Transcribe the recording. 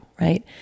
right